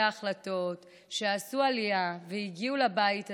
ההחלטות שעשו עלייה והגיעו לבית הזה,